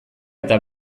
eta